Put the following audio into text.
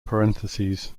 parentheses